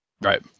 Right